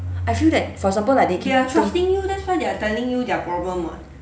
I feel like for example like they keep